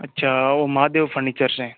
अच्छा वो महादेव फर्नीचर से